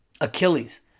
Achilles